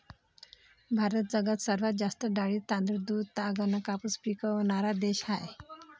भारत जगात सर्वात जास्त डाळी, तांदूळ, दूध, ताग अन कापूस पिकवनारा देश हाय